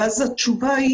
ואז התשובה היא